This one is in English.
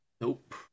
Nope